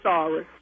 Sorry